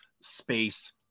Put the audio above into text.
space